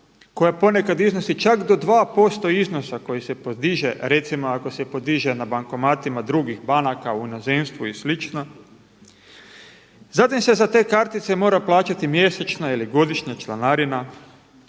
koja ponekad iznosi čak do 2% iznosa koji se podiže recimo ako se podiže na bankomatima drugih banaka u inozemstvu i slično. Zatim se za te kartice mora plaćati mjesečna ili godišnja članarina.